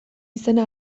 izena